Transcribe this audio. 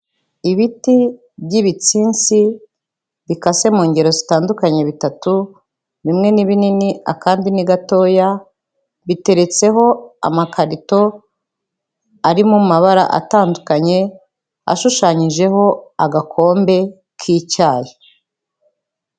Ibiti by'ibitsinsi bikase mu ngero zitandukanye bitatu, bimwe ni binini akandi ni gatoya, biteretseho amakarito ari mu mabara atandukanye, ashushanyijeho agakombe k'icyayi.